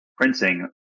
printing